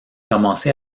commencé